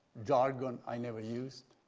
jargon i never used.